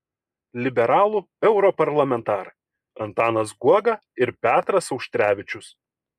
liberalų europarlamentarai antanas guoga ir petras auštrevičius